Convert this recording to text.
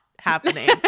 happening